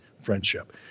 friendship